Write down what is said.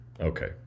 Okay